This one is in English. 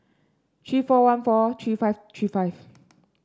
three four one four three five three five